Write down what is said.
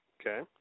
Okay